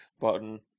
button